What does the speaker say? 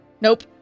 Nope